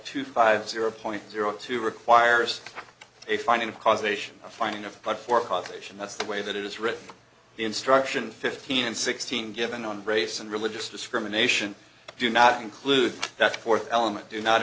to five zero point zero two requires a finding of causation a finding of but for causation that's the way that it is written the instruction fifteen and sixteen given on race and religious discrimination do not include that fourth element do not